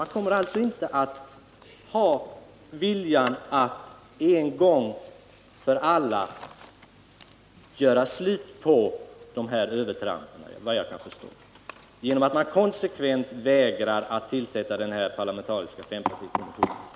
Genom att konsekvent vägra att tillsätta en parlamentarisk fempartikommission visar man att man inte har viljan att en gång för alla göra slut på dessa övertramp.